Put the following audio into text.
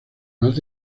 más